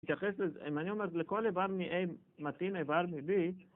מתייחס לזה, אם אני אומר לכל איבר מ-A מתאים איבר מ-B